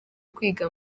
kwiga